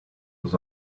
was